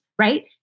right